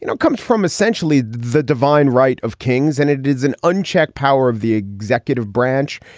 you know it comes from essentially the divine right of kings, and it is an unchecked power of the executive branch.